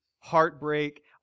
heartbreak